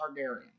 Targaryen